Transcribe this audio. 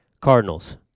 Cardinals